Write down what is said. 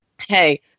Hey